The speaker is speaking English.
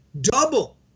double